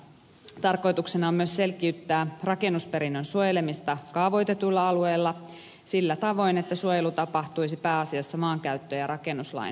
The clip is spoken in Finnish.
tarkoituksena on myös selkiyttää rakennusperinnön suojelemista kaavoitetuilla aluilla sillä tavoin että suojelu tapahtuisi pääasiassa maankäyttö ja rakennuslain keinoin